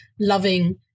loving